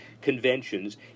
conventions